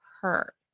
hurt